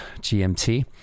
gmt